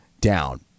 down